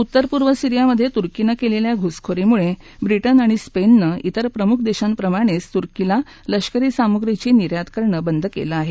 उत्तर पूर्व सीरियामध्ये तुर्कीने केलेल्या घुसखोरीमुळे ब्रिटन आणि स्पेनने तिर प्रमुख देशांप्रमाणेच तुर्कीला लष्करी सामुग्रीची निर्यात करणे बंद केलं आहे